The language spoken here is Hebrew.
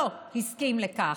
לא הסכים לכך.